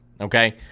Okay